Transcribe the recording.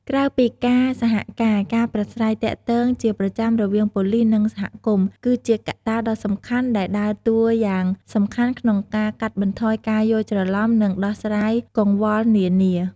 ក្រៅពីការសហការ ការប្រាស្រ័យទាក់ទងជាប្រចាំរវាងប៉ូលីស និងសហគមន៍ គឺជាកត្តាដ៏សំខាន់ដែលដើរតួយ៉ាងសំខាន់ក្នុងការ កាត់បន្ថយការយល់ច្រឡំ និង ដោះស្រាយកង្វល់នានា។